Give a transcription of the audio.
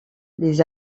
les